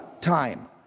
time